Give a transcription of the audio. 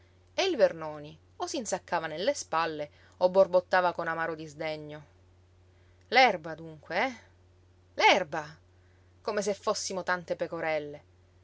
e il vernoni o s'insaccava nelle spalle o borbottava con amaro disdegno l'erba dunque eh l'erba come se fossimo tante pecorelle